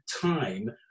time